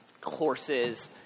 courses